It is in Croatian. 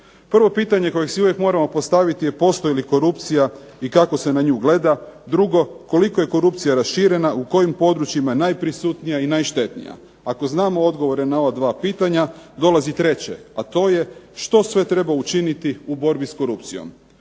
Prvo pitanje koje si uvijek moramo postaviti je postoji li korupcija i kako se na nju gleda? Drugo, koliko je korupcija raširena, u kojim područjima je najprisutnija i najštetnija? Ako znamo odgovore na ova 2 pitanja dolazi treće, a to je što sve treba učiniti u borbi s korupcijom?